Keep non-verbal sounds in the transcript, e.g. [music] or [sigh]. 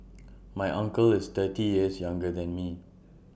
[noise] my uncle is thirty years younger than me